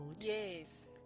Yes